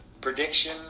prediction